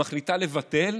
מחליטה לבטל,